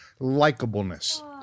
likableness